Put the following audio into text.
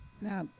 now